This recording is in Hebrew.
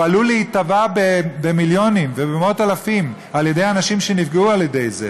הוא עלול להיתבע במיליונים ובמאות-אלפים על-ידי אנשים שנפגעו מזה.